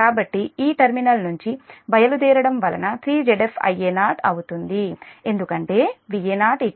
కాబట్టి ఈ టెర్మినల్ నుంచి బయలుదేరడం వలన 3 Zf Ia0 అవుతుంది ఎందుకంటే Va0